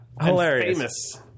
hilarious